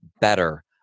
better